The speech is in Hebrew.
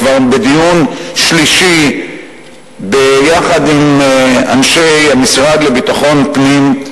כבר בדיון שלישי יחד עם אנשי המשרד לביטחון פנים,